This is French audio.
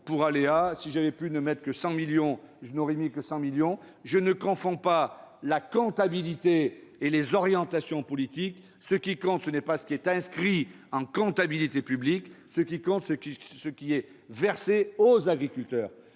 pour aléas, si j'avais pu ne mettre que 100 millions d'euros, je l'aurais fait. Je ne confonds pas la comptabilité et les orientations politiques. Ce qui compte, ce n'est pas ce qui est inscrit en comptabilité publique, c'est ce qui est effectivement versé aux agriculteurs